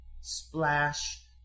Splash